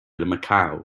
macau